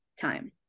time